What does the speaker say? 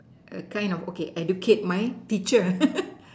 kind of okay educate my teacher